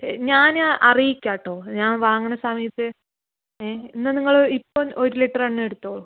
ശരി ഞാന് അറിയിക്കാം കെട്ടോ ഞാൻ വാങ്ങുന്ന സമയത്ത് ഏ ഇന്ന് നിങ്ങള് ഇപ്പം ഒര് ലിറ്ററ് എണ്ണ എടുത്തോളൂ